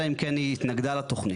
אלא אם כן היא התנגדה לתוכנית.